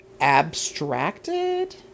Abstracted